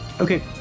Okay